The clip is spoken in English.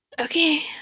Okay